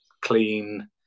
clean